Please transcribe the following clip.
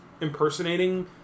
impersonating